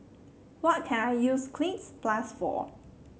what can I use Cleanz Plus for